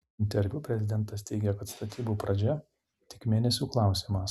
interviu prezidentas teigė kad statybų pradžia tik mėnesių klausimas